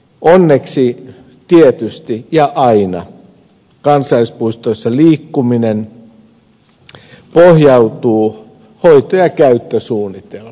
onneksi kansallispuistoissa liikkuminen tietysti ja aina pohjautuu hoito ja käyttösuunnitelmaan